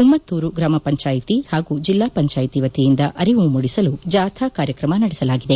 ಉಮ್ಮತ್ತೂರು ಗ್ರಾಮಪಂಚಾಯತಿ ಹಾಗೂ ಜಿಲ್ಲಾ ಪಂಚಾಯತಿ ವತಿಯಿಂದ ಅರಿವು ಮೂಡಿಸಲು ಜಾಥಾ ಕಾರ್ಯಕ್ರಮ ನಡೆಸಲಾಗಿದೆ